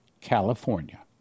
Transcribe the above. California